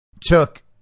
took